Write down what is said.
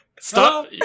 stop